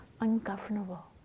ungovernable